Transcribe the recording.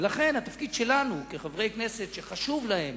ולכן התפקיד שלנו, כחברי כנסת שחשובים להם